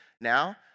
now